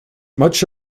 much